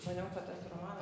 maniau kad tas romanas